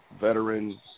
veterans